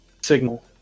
signal